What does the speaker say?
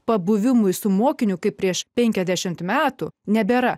pabuvimui su mokiniu kaip prieš penkiasdešimt metų nebėra